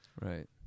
Right